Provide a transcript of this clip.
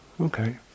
okay